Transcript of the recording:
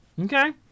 Okay